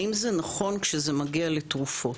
האם זה נכון כשזה מגיע לתרופות?